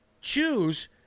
choose